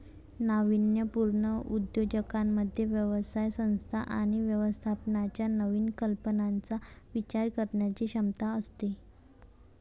नाविन्यपूर्ण उद्योजकांमध्ये व्यवसाय संस्था आणि व्यवस्थापनाच्या नवीन कल्पनांचा विचार करण्याची क्षमता असते